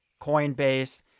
Coinbase